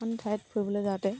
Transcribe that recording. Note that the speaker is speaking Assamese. অন্য় ঠাইত ফুৰিবলৈ যাওঁতে